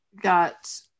got